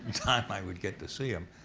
time i would get to see him.